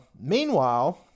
Meanwhile